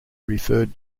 referred